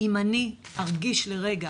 אם אני ארגיש לרגע